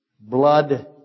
Blood